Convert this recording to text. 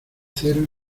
cero